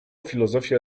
filozofia